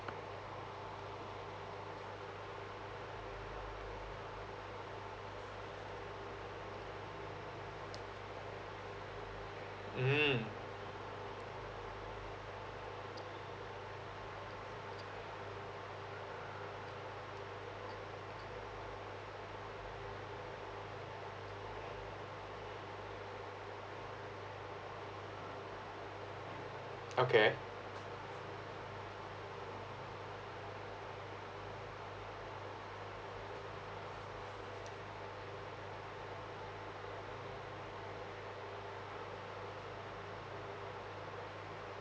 hmm okay